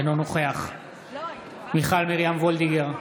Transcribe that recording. אינו נוכח מיכל מרים וולדיגר,